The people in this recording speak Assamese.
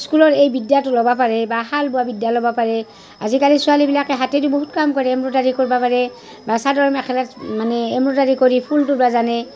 স্কুলৰ এই বিদ্যাটো ল'বা পাৰে বা শাল বোৱা বিদ্যা ল'বা পাৰে আজিকালিৰ ছোৱালীবিলাকে হাতেদি বহুত কাম কৰে এম্ব্ৰইডাৰী কৰবা পাৰে বা চাদৰ মেখেলাত মানে এম্ব্ৰইডাৰী কৰি ফুল তুলবা জানে